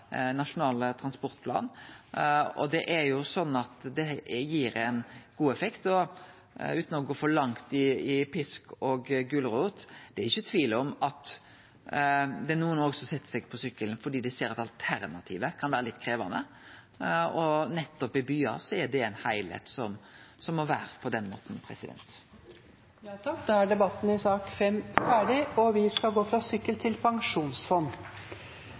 Nasjonal transportplan. Det gir ein god effekt, og utan å gå for langt med pisk og gulrot er det ikkje tvil om at det òg er nokre som set seg på sykkelen fordi dei ser at alternativet kan vere litt krevjande. Og nettopp i byar er det slik heilskapen må vere. Flere har ikke bedt om ordet til sak nr. 5. Etter ønske fra finanskomiteen vil presidenten ordne debatten slik: 5 minutter til hver partigruppe og